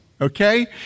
okay